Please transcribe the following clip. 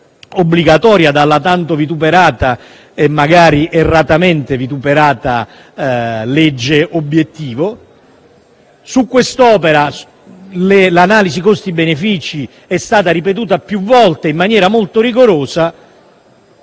obbligatoria dalla tanto vituperata - magari erroneamente - legge obiettivo. Su quest'opera l'analisi costi-benefici è stata ripetuta più volte in maniera molto rigorosa.